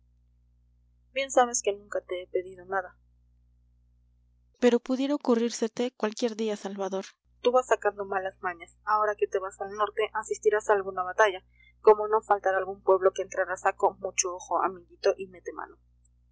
sabes que nunca te he pedido nada pero pudiera ocurrírsete cualquier día salvador tú vas sacando malas mañas ahora que te vas al norte asistirás a alguna batalla como no faltará algún pueblo que entrar a saco mucho ojo amiguito y mete mano